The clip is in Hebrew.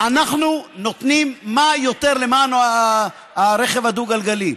אנחנו נותנים יותר למען הרכב הדו-גלגלי,